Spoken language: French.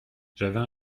j’avais